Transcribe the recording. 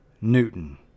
Newton